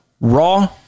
Raw